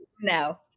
No